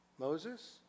Moses